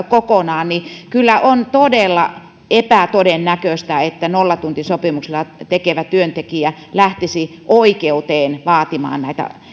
kokonaan niin kyllä on todella epätodennäköistä että nollatuntisopimuksella tekevä työntekijä lähtisi oikeuteen vaatimaan näitä